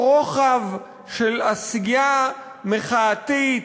כנגד כל אותו רוחב של עשייה מחאתית,